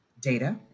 data